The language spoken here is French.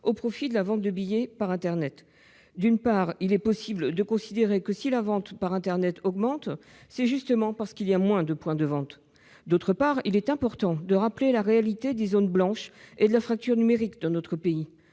au profit de la vente de billets par internet. D'une part, il est possible de considérer que, si la vente par internet augmente, c'est justement parce qu'il y a moins de points de vente. D'autre part, il est important de rappeler la réalité des zones blanches et de la fracture numérique dans notre pays,